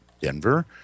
Denver